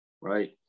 right